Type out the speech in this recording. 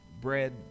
bread